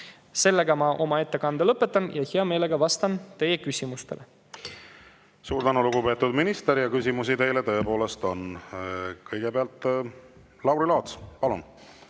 Siinkohal ma oma ettekande lõpetan ja hea meelega vastan teie küsimustele. Suur tänu, lugupeetud minister! Küsimusi teile tõepoolest on. Kõigepealt Lauri Laats, palun!